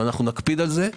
נקפיד על זה.